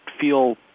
feel